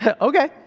Okay